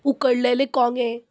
उकडलेले कोंगे